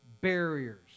barriers